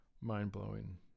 mind-blowing